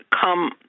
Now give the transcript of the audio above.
come